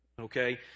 Okay